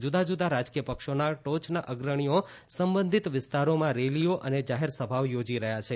જુદા જુદાં રાજકીય પક્ષોના ટોચના અગ્રણીઓ સંબંધીત વિસ્તારોમાં રેલીઓ અને જાહેરસભાઓ યોજી રહ્યા છે